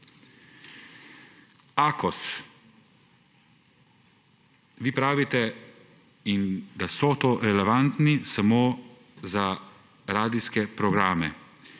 AKOS, vi pravite, da so relevantni samo za radijske programe